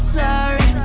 sorry